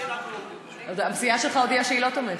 הסיעה שלנו, הסיעה שלך הודיעה שהיא לא תומכת.